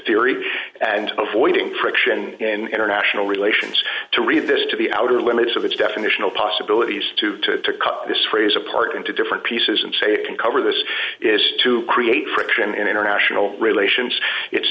theory and avoiding friction in international relations to read this to the outer limits of its definitional possibilities to to this phrase apart into different pieces and say it can cover this is to create friction in international relations it's